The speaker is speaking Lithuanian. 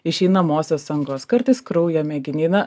išeinamosios angos kartais kraujo mėginiai na